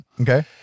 Okay